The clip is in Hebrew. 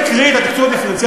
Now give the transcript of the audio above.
לכי תקראי את התקצוב הדיפרנציאלי,